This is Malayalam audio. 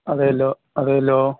അതേല്ലോ അതേല്ലോ